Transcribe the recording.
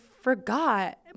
forgot